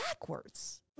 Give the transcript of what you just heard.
backwards